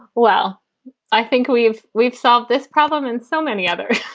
well i think we've, we've solved this problem in so many other